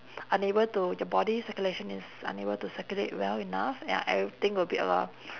unable to your body circulation is unable to circulate well enough ya everything will be a lot